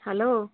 hello